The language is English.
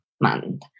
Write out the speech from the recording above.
month